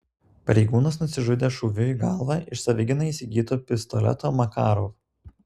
pareigūnas nusižudė šūviu į galvą iš savigynai įsigyto pistoleto makarov